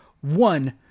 One